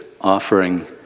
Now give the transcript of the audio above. offering